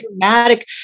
dramatic